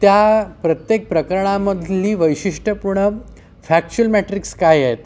त्या प्रत्येक प्रकरणामधली वैशिष्ट्यपूर्ण फॅक्च्युअल मॅट्रिक्स काय आहेत